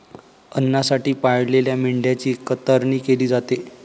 अन्नासाठी पाळलेल्या मेंढ्यांची कतरणी केली जाते